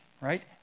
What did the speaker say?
Right